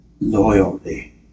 loyalty